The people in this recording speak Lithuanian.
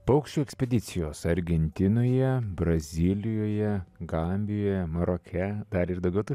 paukščių ekspedicijos argentinoje brazilijoje gambijoje maroke dar ir daugiau tų